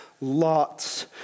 lots